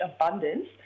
abundance